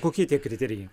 kokie tie kriterijai